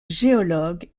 géologue